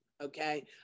Okay